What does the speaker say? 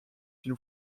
une